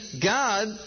God